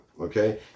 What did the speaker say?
Okay